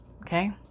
okay